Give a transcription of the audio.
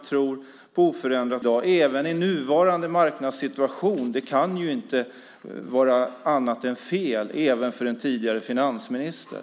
Att i nuvarande marknadssituation stimulera, vilket är Socialdemokraternas politik, kan inte vara annat än fel - även för en tidigare finansminister.